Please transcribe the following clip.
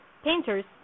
Painters